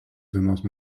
dainos